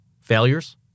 failures